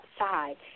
outside